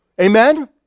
Amen